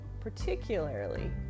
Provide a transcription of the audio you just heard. particularly